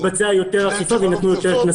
האלה תתבצע יותר אכיפה ויינתנו יותר קנסות.